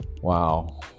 wow